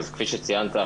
כפי שציינת,